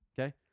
Okay